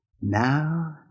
Now